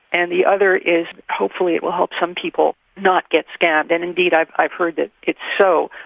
and the other is hopefully it will help some people not get scammed, and indeed i've i've heard that it's so.